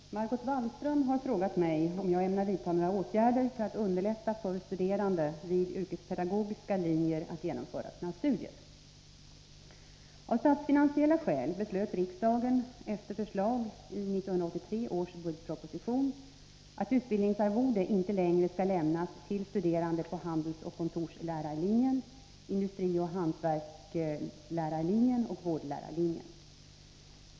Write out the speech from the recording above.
Herr talman! Margot Wallström har frågat mig om jag ämnar vidta några åtgärder för att underlätta för studerande vid yrkespedagogiska linjer att genomföra sina studier. Tisdagen den handelsoch kontorslärarlinjen, industrioch hantverkslärarlinjen och 22 november 1983 vårdlärarlinjen.